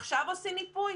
עכשיו עושים מיפוי?